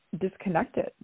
disconnected